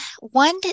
one